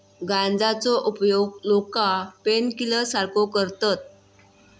गांजाचो उपयोग लोका पेनकिलर सारखो करतत